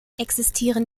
existieren